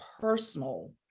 personal